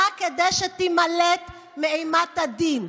רק כדי שתימלט מאימת הדין.